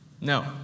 No